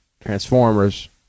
Transformers